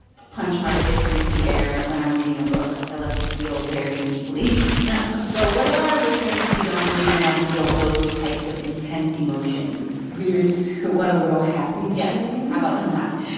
punch my fists into the air when i'm reading a book. i love to feel very deeply but what about our listeners who don't maybe want to feel those types of intense emotions? readers who want a little happy, shereen? yes. how about some happy?